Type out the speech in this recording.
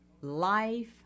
life